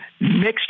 mixed